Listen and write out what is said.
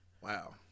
Wow